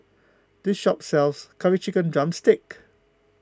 this shop sells Curry Chicken Drumstick